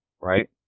Right